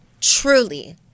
truly